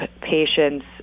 patients